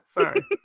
sorry